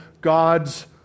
God's